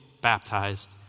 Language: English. baptized